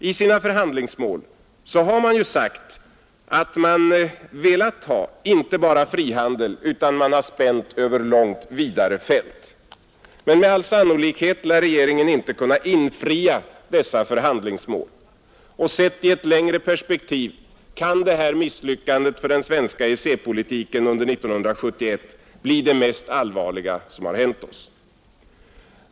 I sina förhandlingsmål har man ju lagt in att man velat ha inte bara frihandel, utan man har spänt över långt vidare fält. Men med all sannolikhet lär regeringen inte kunna infria dessa förhandlingsmål. Sett i ett längre perspektiv kan också detta misslyckande för den svenska EEC-politiken under 1971 bli det mest allvarliga som har hänt oss.